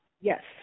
Yes